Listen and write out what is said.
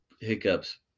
hiccups